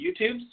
YouTube's